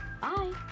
Bye